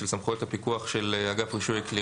של סמכויות הפיקוח של אגף רישוי כלי